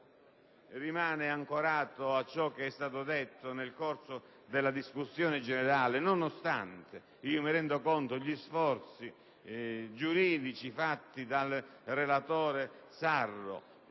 comunque ancorato a ciò che è stato detto nel corso della discussione generale, nonostante - me ne rendo conto - gli sforzi giuridici compiuti dal relatore Sarro,